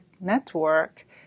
network